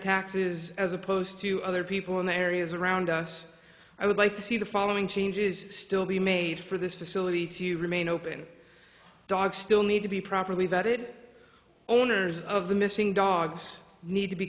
taxes as opposed to other people in the areas around us i would like to see the following changes still be made for this facility to remain open dogs still need to be properly vetted owners of the missing dogs need to be